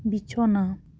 ᱵᱤᱪᱷᱱᱟᱹ